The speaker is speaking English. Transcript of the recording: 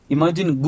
Imagine